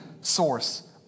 source